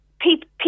people